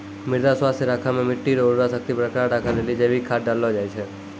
मृदा स्वास्थ्य राखै मे मट्टी रो उर्वरा शक्ति बरकरार राखै लेली जैविक खाद डाललो जाय छै